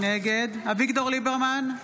נגד אביגדור ליברמן,